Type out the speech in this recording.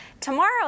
Tomorrow